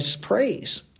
praise